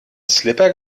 slipper